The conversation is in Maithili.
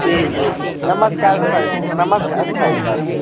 जी जी नमस्कार छै नमस्कार छै सर